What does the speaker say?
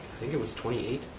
think it was twenty eight.